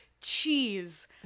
cheese